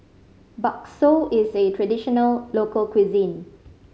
bakso is a traditional local cuisine